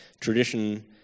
tradition